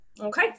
Okay